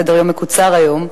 סדר-יום מקוצר היום.